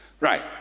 right